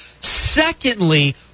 Secondly